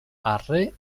arre